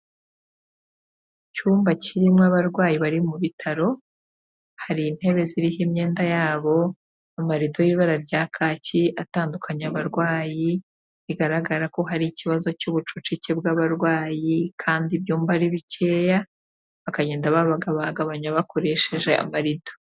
Icyumba kirimo abarwayi bari mu bitaro, hari intebe ziriho imyenda yabo, amarido y'ibara rya kaki atandukanya abarwayi, bigaragara ko hari ikibazo cy'ubucucike bw'abarwayi kandi ibyumba ari bikeya, bakagenda babagabagabanya bakoresheje amarido.